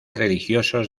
religiosos